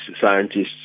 scientists